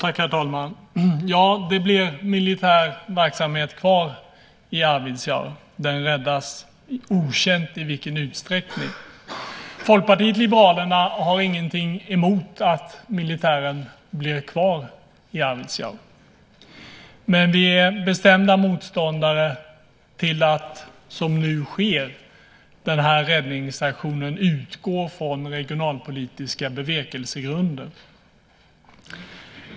Herr talman! Ja, det blev militär verksamhet kvar i Arvidsjaur. Den räddas - okänt i vilken utsträckning. Folkpartiet liberalerna har ingenting emot att militären blir kvar i Arvidsjaur. Vi är dock bestämda motståndare till att, som nu sker, denna räddningsaktion utgår från regionalpolitiska bevekelsegrunder.